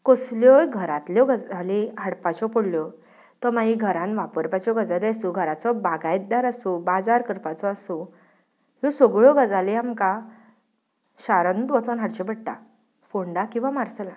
कसल्योय घरांतल्यो गजाली हाडपाच्यो पडल्यो त्यो मागीर घरांत वापरपाच्यो गजाली आसूं बागायतदार आसूं बाजार करपाचो आसूं ह्यो सगळ्यो गजाली आमकां शारानूच वचून हाडच्यो पडटा फोंडा किंवां मार्सेलांत